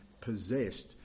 possessed